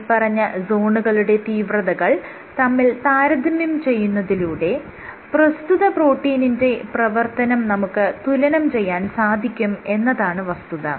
മേല്പറഞ്ഞ സോണുകളുടെ തീവ്രതകൾ തമ്മിൽ താരതമ്യം ചെയ്യുന്നതിലൂടെ പ്രസ്തുത പ്രോട്ടീനിന്റെ പ്രവർത്തനം നമുക്ക് തുലനം ചെയ്യാൻ സാധിക്കും എന്നതാണ് വസ്തുത